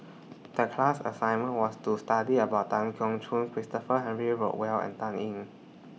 The class assignment was to study about Tan Keong Choon Christopher Henry Rothwell and Dan Ying